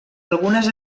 algunes